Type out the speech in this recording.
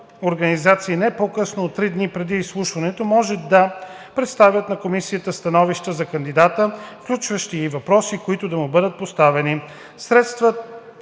организации не по-късно от три дни преди изслушването може да представят на комисията становища за кандидата, включващи и въпроси, които да му бъдат поставени. Средствата